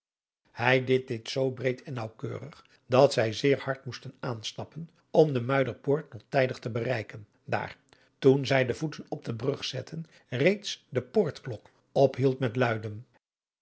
wouter blommesteyn dit zoo breed en naauwkeurig dat zij zeer hard moesten aanstappen om de muiderpoort nog tijdig te bereiken daar toen zij de voeten op de brug zetten reeds de poortklok ophield met luiden